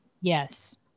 Yes